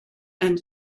and